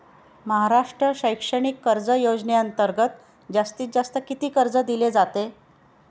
महाराष्ट्र शैक्षणिक कर्ज योजनेअंतर्गत जास्तीत जास्त किती कर्ज दिले जाते?